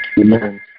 Amen